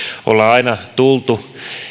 ollaan aina tultu